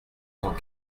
cent